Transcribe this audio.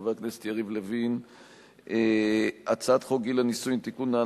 של חבר הכנסת יריב לוין; הצעת חוק גיל הנישואין (תיקון,